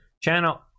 channel